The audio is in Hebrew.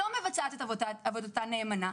לא מבצעת את עבודתה נאמנה.